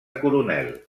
coronel